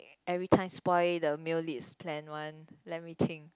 everytime spoil the male lead's plan one let me think